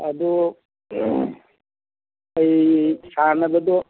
ꯑꯗꯨ ꯑꯩ ꯁꯥꯟꯅꯕꯗꯣ